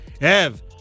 Ev